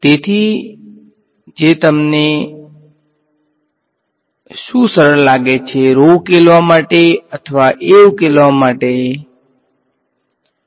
તેથી જે તમને ઉકેલવા માટે અથવા a ઉકેલવા માટે શું સરળ લાગે છે